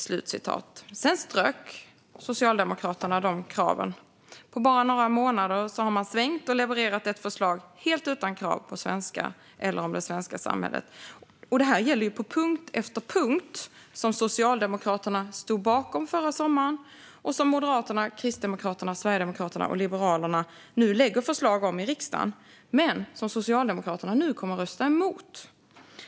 Sedan strök Socialdemokraterna de kraven. På bara några månader har man svängt och levererat ett förslag helt utan krav på kunskaper i svenska eller om det svenska samhället. Det här gäller på punkt efter punkt som Socialdemokraterna stod bakom förra sommaren - Moderaterna, Kristdemokraterna, Sverigedemokraterna och Liberalerna lägger i riksdagen fram förslag som Socialdemokraterna nu kommer att rösta emot.